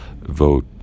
vote